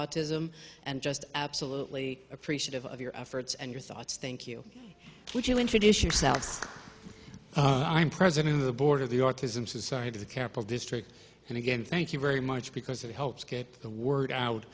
autism and just absolutely appreciative of your efforts and your thoughts thank you would you introduce yourselves i'm president of the board of the autism society to the careful district and again thank you very much because it helps get the word out